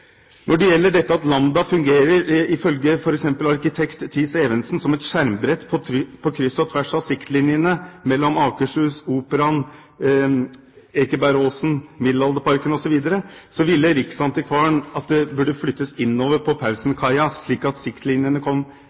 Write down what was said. Når det gjelder dette at Lambda fungerer, ifølge f.eks. arkitekt Thiis-Evensen, som et skjermbrett på kryss og tvers av siktlinjene mellom Akershus, Operaen, Ekebergåsen, Middelalderparken osv., mente Riksantikvaren at det burde flyttes innover på Paulsenkaia, slik at siktlinjene kom